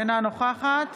אינה נוכחת